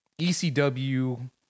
ECW